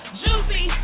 juicy